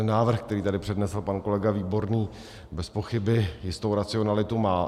Návrh, který tady přednesl pan kolega Výborný, bezpochyby jistou racionalitu má.